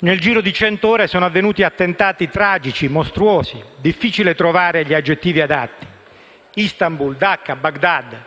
Nel giro di cento ore sono avvenuti attentati tragici e mostruosi (è difficile trovare gli aggettivi adatti): Istanbul, Dacca, Baghdad.